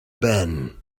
ben